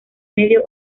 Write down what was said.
medio